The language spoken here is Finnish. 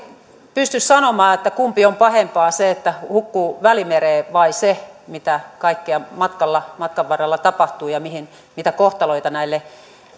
pysty sanomaan kumpi on pahempaa se että hukkuu välimereen vai se mitä kaikkea matkan varrella tapahtuu ja mitä kohtaloita näille